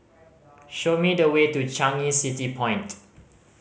show me the way to Changi City Point